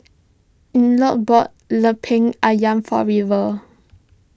Elliot bought Lemper Ayam for River